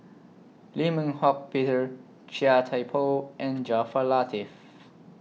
Lim Eng Hock Peter Chia Thye Poh and Jaafar Latiff